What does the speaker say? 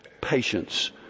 patience